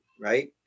Right